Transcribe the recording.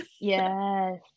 yes